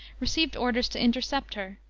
received orders to intercept her.